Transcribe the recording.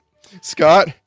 Scott